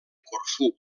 corfú